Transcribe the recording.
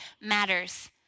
matters